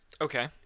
okay